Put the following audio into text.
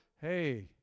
Hey